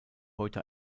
heute